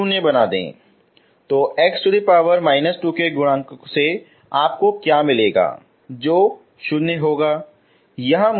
तो x−2 के गुणांक से आपको क्या मिलेगा जो 0 होगा